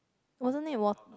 wasn't it wa~